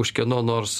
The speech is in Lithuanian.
už kieno nors